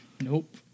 Nope